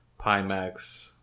Pimax